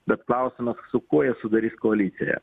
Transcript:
bet klausimas su kuo jie sudarys koaliciją